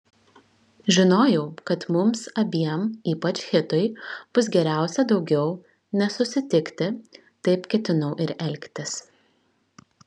žinojau kad mums abiem ypač hitui bus geriausia daugiau nesusitikti taip ketinau ir elgtis